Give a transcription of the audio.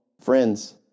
friends